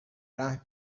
رحم